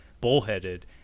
bullheaded